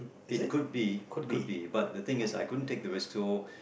it could be it could be but the thing is I couldn't take the risk so